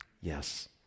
Yes